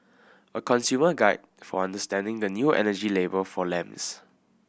a consumer guide for understanding the new energy label for lamps